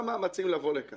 מאמצים לבוא לכאן